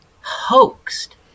hoaxed